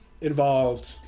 involved